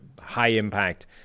high-impact